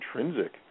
intrinsic